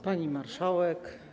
Pani Marszałek!